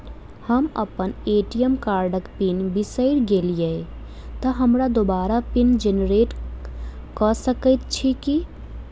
हम अप्पन ए.टी.एम कार्डक पिन बिसैर गेलियै तऽ हमरा दोबारा पिन जेनरेट कऽ सकैत छी की?